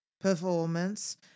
performance